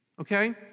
Okay